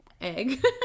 egg